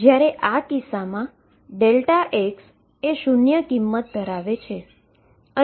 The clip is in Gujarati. જ્યાં આ કિસ્સામાં Δx એ શુન્ય કિંમત ધરાવે છે